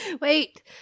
Wait